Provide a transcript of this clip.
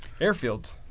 airfields